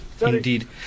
Indeed